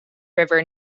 river